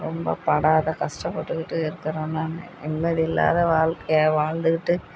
ரொம்ப படாத கஷ்டப்பட்டுக்கிட்டு இருக்கிறேன் நான் நிம்மதியில்லாத வாழ்க்கைய வாழ்ந்துக்கிட்டு